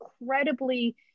incredibly